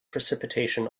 precipitation